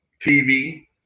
TV